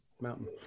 Mountain